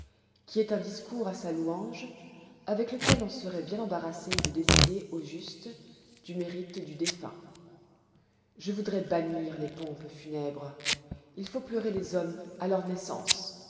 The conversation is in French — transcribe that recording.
qui est un discours à sa louange avec lequel on seroit bien embarrassé de décider au juste du mérite du défunt je voudrois bannir les pompes funèbres il faut pleurer les hommes à leur naissance